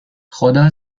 خدا